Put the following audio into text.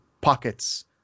pockets